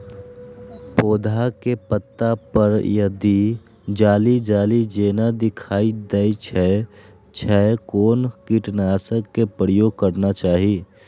पोधा के पत्ता पर यदि जाली जाली जेना दिखाई दै छै छै कोन कीटनाशक के प्रयोग करना चाही?